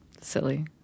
Silly